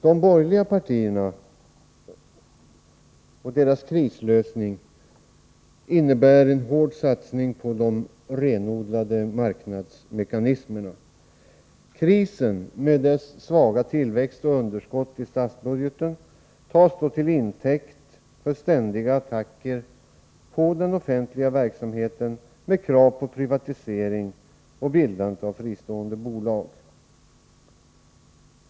De borgerliga partiernas krislösning innebär en hård satsning på de renodlade marknadsmekanismerna. Krisen, med den svaga ekonomiska tillväxten och underskottet i statsbudgeten, tas till intäkt för ständiga attacker på den offentliga verksamheten med krav på privatisering och bildande av fristående bolag.